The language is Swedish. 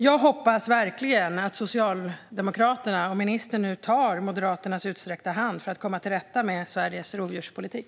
Jag hoppas verkligen att Socialdemokraterna och ministern nu tar Moderaternas utsträckta hand för att komma till rätta med Sveriges rovdjurspolitik.